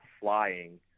flying